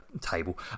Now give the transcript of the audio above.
table